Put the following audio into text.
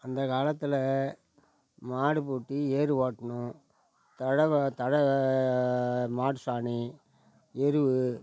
அந்த காலத்தில் மாடு பூட்டி ஏறு ஓட்டினோம் தழ தழை மாட்டு சாணி எருவு